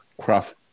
craft